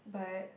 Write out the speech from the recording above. but